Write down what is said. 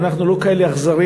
ואנחנו לא כאלה אכזריים,